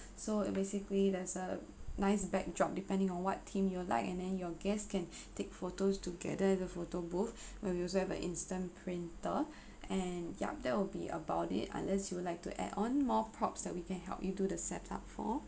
so basically there's a nice backdrop depending on what theme you'll like and then your guests can take photos together at the photo booth where we also have a instant printer and yup that will be about it unless you would like to add on more props that we can help you do the set up for